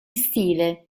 stile